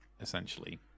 essentially